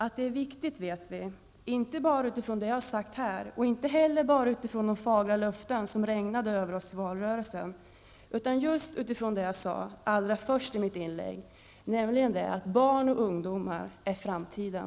Att det är viktigt vet vi, inte bara utifrån det jag har sagt här, inte heller bara utifrån de fagra löften som regnade över oss under valrörelsen, utan just utifrån det jag sade allra först i mitt inlägg, nämligen att barn och ungdomar är framtiden.